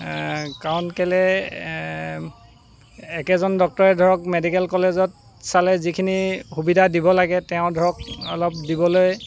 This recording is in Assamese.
কাৰণ কেলে একেজন ডক্টৰে ধৰক মেডিকেল কলেজত চালে যিখিনি সুবিধা দিব লাগে তেওঁ ধৰক অলপ দিবলৈ